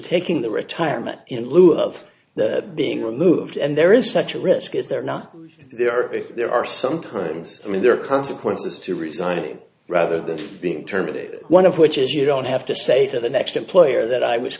taking the retirement in lieu of being removed and there is such a risk is there not there are there are sometimes i mean there are consequences to resigning rather than being terminated one of which is you don't have to say to the next employer that i w